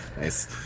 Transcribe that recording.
Nice